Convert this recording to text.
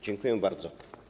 Dziękuję bardzo.